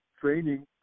training